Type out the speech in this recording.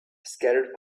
scattered